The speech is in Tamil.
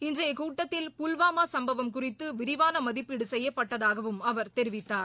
இன்றைய கூட்டத்தில் புல்வாமா சம்பவம் குறித்து விரிவான மதிப்பீடு செய்யப்பட்டதாகவும் அவர் தெரிவித்தார்